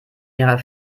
ihrer